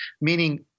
Meaning